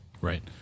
Right